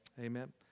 Amen